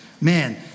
Man